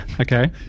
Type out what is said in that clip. Okay